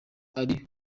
ari